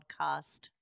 podcast